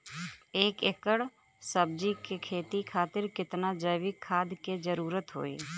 एक एकड़ सब्जी के खेती खातिर कितना जैविक खाद के जरूरत होई?